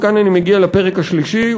וכאן אני מגיע לפרק השלישי,